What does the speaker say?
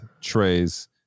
trays